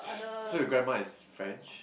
so your grandma is French